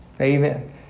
Amen